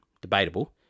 debatable